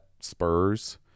spurs